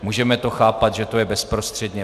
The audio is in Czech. Můžeme to chápat, že je to bezprostředně.